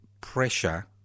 pressure